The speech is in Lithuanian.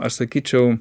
aš sakyčiau